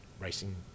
racing